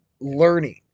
learning